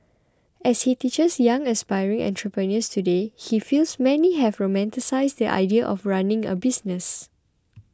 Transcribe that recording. as he teaches young aspiring entrepreneurs today he feels many have romanticised the idea of running a business